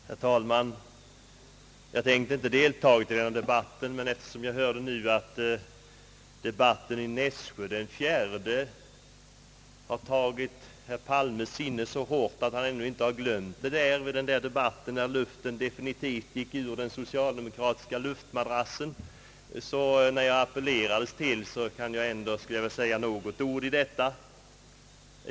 Herr talman! Jag tänkte inte delta i denna debatt men eftersom jag hörde att debatten i Nässjö den 4 april har tagit herr Palmes sinne så hårt, att han ännu inte glömt hur luften definitivt gick ur den socialdemokratiska Jluftmadrassen, vill jag ändå säga några ord.